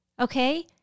Okay